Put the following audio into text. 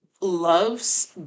loves